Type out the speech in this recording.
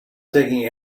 taking